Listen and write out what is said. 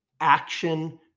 Action